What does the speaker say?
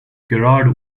gerard